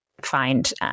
find